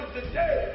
today